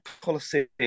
coliseum